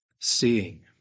seeing